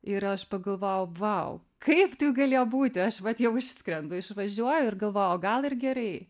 ir aš pagalvojau vau kaip tai galėjo būti aš vat jau išskrendu išvažiuoju ir galvoju o gal ir gerai